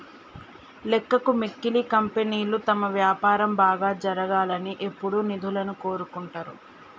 లెక్కకు మిక్కిలి కంపెనీలు తమ వ్యాపారం బాగా జరగాలని ఎప్పుడూ నిధులను కోరుకుంటరు